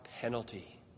penalty